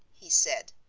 he said,